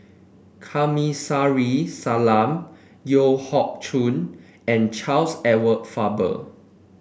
Kamsari Salam Yeo Hoe Koon and Charles Edward Faber